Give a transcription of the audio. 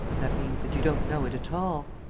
that means that you don't know it at all.